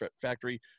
Factory